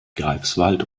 greifswald